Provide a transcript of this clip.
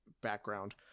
background